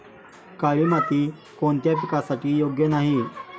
काळी माती कोणत्या पिकासाठी योग्य नाही?